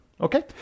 okay